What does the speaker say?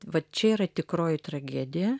va čia yra tikroji tragedija